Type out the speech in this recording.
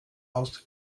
aus